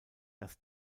das